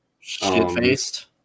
Shit-faced